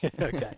Okay